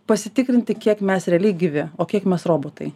pasitikrinti kiek mes realiai gyvi o kiek mes robotai